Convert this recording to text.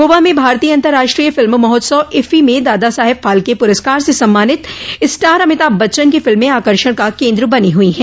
गोआ में भारतीय अन्तर्राष्ट्रीय फिल्म महोत्सव इफ्फी में दादा साहेब फाल्के पुरस्कार से सम्मानित स्टार अमिताभ बच्चन की फिल्में आकर्षण का केन्द्र बनी हुई हैं